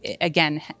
again